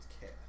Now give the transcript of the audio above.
care